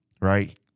right